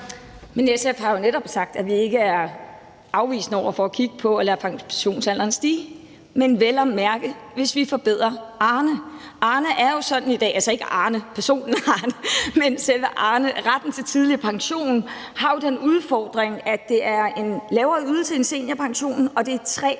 SF har jo netop sagt, at vi ikke er afvisende over for at kigge på at lade pensionsalderen stige, men det er vel at mærke, hvis vi forbedrer Arne. Arne er jo sådan i dag – altså ikke Arne som i personen Arne, men selve Arne i forhold til retten til tidlig pension – at der er den udfordring, at det er en lavere ydelse end seniorpensionen, og at det er